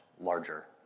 larger